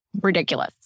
ridiculous